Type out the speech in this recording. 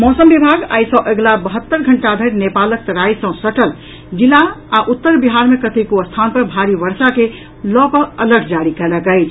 मौसम विभाग आइ सँ अगिला बहत्तरि घंटा धरि नेपालक तराई सँ सटल जिला आ उत्तर बिहार मे कतेको स्थान पर भारी वर्षा के लऽ कऽ अलर्ट जारी कयलक अछि